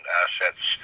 assets